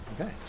Okay